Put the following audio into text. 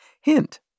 Hint